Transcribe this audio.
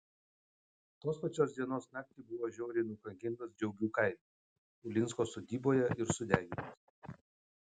tos pačios dienos naktį buvo žiauriai nukankintas džiaugių kaime ulinsko sodyboje ir sudegintas